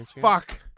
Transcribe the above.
fuck